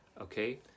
okay